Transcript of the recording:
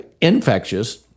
infectious